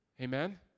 Amen